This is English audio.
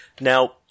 Now